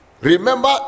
Remember